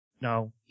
no